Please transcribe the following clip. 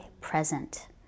present